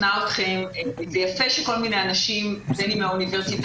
זה יפה שכל מיני אנשים בין אם מהאוניברסיטה